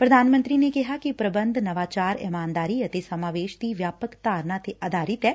ਪ੍ਰਧਾਨ ਮੰਤਰੀ ਨੇ ਕਿਹਾ ਕਿ ਪ੍ਰਬੰਧਨਮ ਨਵਾਚਾਰ ਇਮਾਨਦਾਰੀ ਅਤੇ ਸਮਾਵੇਸ਼ ਦੀ ਵਿਆਪਕ ਧਾਰਨਾ ਤੇ ਆਧਾਰਿਤ ਐ